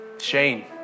Shane